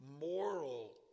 moral